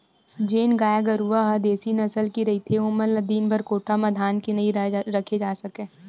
जेन गाय गरूवा ह देसी नसल के रहिथे ओमन ल दिनभर कोठा म धांध के नइ राखे जा सकय